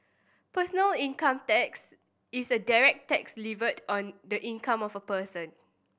personal income tax is a direct tax levied on the income of a person